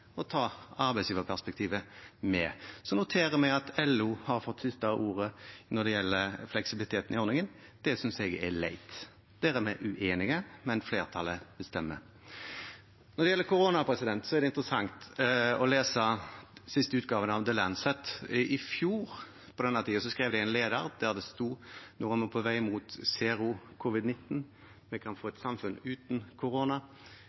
ta arbeidsgiverperspektivet med. Så noterer vi at LO har fått det siste ordet når det gjelder fleksibiliteten i ordningen. Det synes jeg er leit. Der er vi uenige, men flertallet bestemmer. Når det gjelder korona, er det interessant å lese siste utgave av The Lancet. I fjor på denne tiden skrev de en leder der det sto at vi nå er på vei mot «zero» covid-19, vi kan få et samfunn uten korona,